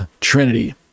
trinity